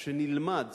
שנלמד